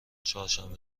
چهارشنبه